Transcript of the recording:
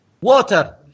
Water